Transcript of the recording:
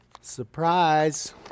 Surprise